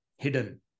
hidden